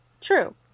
true